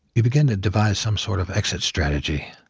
you begin to devise some sort of exit strategy.